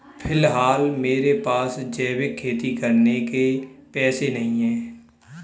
फिलहाल मेरे पास जैविक खेती करने के पैसे नहीं हैं